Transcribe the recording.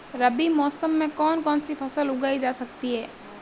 रबी मौसम में कौन कौनसी फसल उगाई जा सकती है?